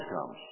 comes